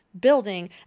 building